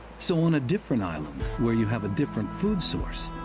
so on a different island, where you have a different food source,